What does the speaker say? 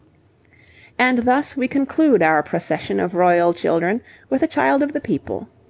and thus we conclude our procession of royal children with a child of the people.